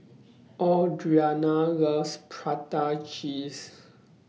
Audriana loves Prata Cheese